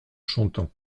chantant